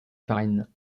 farines